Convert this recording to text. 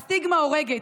הסטיגמה הורגת.